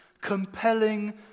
compelling